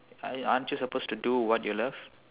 ar~ aren't you supposed to do what you love